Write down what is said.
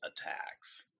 attacks